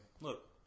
Look